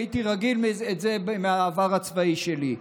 הייתי רגיל לזה מהעבר הצבאי שלי,